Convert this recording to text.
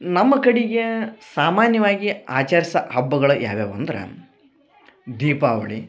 ನಮ್ಮ ಕಡಿಗೆ ಸಾಮಾನ್ಯವಾಗಿ ಆಚರಿಸ ಹಬ್ಬಗಳು ಯಾವ್ಯಾವ ಅಂದರ ದೀಪಾವಳಿ